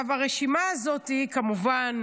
הרשימה הזאת כמובן